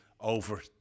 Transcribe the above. over